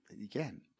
Again